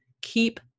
Keep